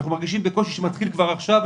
אנחנו מרגישים בקושי שמתחיל כבר עכשיו.